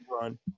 run